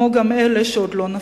כמו גם אלה שעוד לא נפלו.